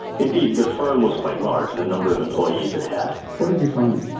indeed, the firm was quite large in the number of employees it had. what did you find?